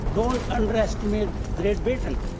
don't underestimate great britain.